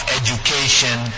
education